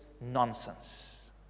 nonsense